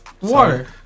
Water